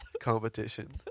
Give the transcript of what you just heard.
competition